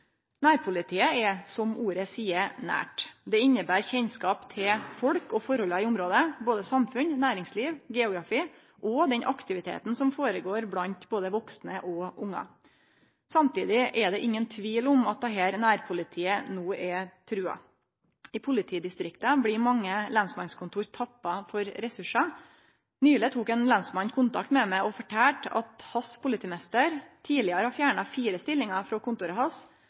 Nærpolitiet er, som ordet seier, nært. Det inneber kjennskap til folk og forholda i området, både samfunn, næringsliv, geografi og den aktiviteten som føregår blant både vaksne og ungar. Samtidig er det ingen tvil om at dette nærpolitiet no er trua. I politidistrikta blir mange lensmannskontor tappa for ressursar. Nyleg tok ein lensmann kontakt med meg og fortalte at hans politimeister tidlegare hadde fjerna fire stillingar frå kontoret